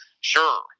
Sure